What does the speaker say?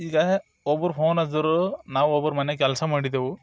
ಈಗ ಒಬ್ಬರು ಹೋನದರು ನಾವು ಒಬ್ಬರ ಮನೆಗೆ ಕೆಲಸ ಮಾಡಿದೆವು